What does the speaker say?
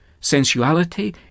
sensuality